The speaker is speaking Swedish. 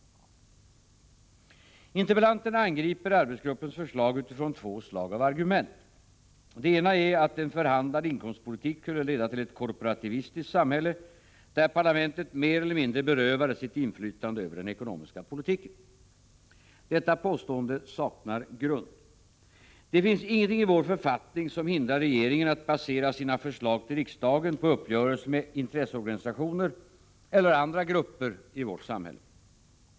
Interpellanterna angriper arbetsgruppens förslag utifrån två slags argument. Det ena är att en förhandlad inkomstpolitik skulle leda till ett korporativistiskt samhälle, där parlamentet mer eller mindre berövades sitt inflytande över den ekonomiska politiken. Detta påstående saknar grund. Det finns ingenting i vår författning som hindrar regeringen att basera sina förslag till riksdagen på uppgörelser med intresseorganisationer eller andra grupperi vårt samhälle.